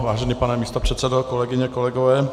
Vážený pane místopředsedo, kolegyně a kolegové.